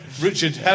Richard